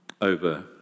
over